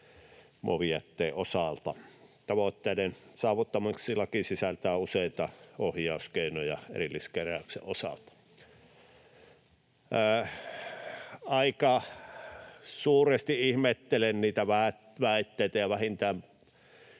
muovijätteen osalta. Tavoitteiden saavuttamiseksi laki sisältää useita ohjauskeinoja erilliskeräyksen osalta. Aika suuresti ihmettelen ja vähintään